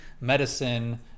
medicine